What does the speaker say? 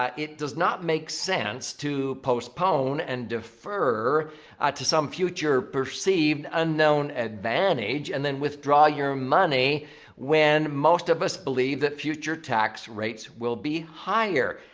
um it does not make sense to postpone and defer to some future-perceived unknown advantage and then withdraw your money when most of us believe that future tax rates will be higher.